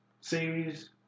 Series